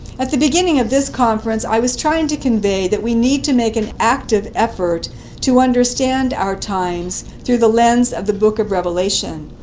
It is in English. at the beginning of this conference i was trying to convey that we need to make an active effort to understand our times through the lense of the book of revelation,